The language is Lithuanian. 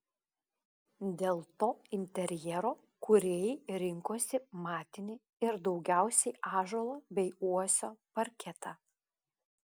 dėl to interjero kūrėjai rinkosi matinį ir daugiausiai ąžuolo bei uosio parketą